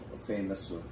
Famous